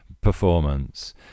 performance